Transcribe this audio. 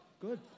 Good